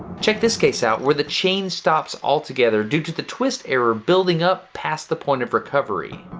check this case out where the chain stops altogether due to the twist error building up past the point of recovery